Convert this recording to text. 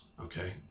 Okay